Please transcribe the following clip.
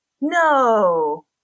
no